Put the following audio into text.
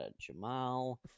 Jamal